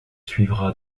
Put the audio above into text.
suivra